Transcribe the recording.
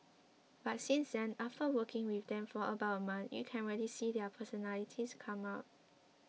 but since then after working with them for about a month you can really see their personalities come out